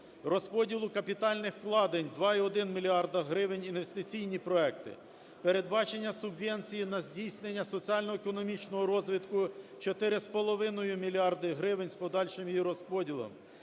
розподілу капітальних вкладень - 2,1 мільярда гривень інвестиційні проекти; передбачення субвенції на здійснення соціально-економічного розвитку - 4,5 мільярда гривень з подальшим її розподілом;